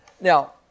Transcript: Now